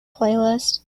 playlist